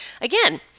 Again